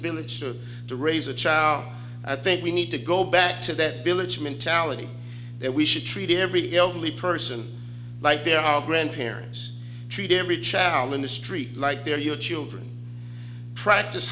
village to raise a child i think we need to go back to that village mentality that we should treat everybody elderly person like they're our grandparents treat every challenge street like they're your children practice